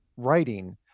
writing